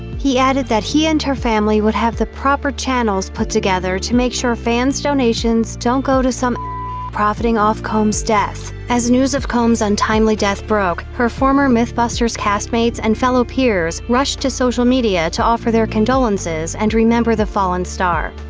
he added that he and her family would have the proper channels put together to make sure fans' donations don't go to some a profiting off combs' death. as news of combs' untimely death broke, her former mythbusters castmates and fellow peers rushed to social media to offer their condolences and remember the fallen star.